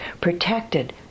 protected